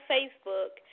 Facebook